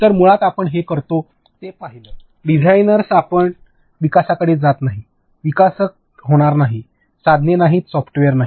तर मुळात आपण जे करतो ते पहिलं डिझाईन आपण विकासाकडे जात नाही विकसित होणार नाही साधने नाहीत सॉफ्टवेअर नाही